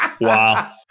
wow